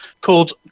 called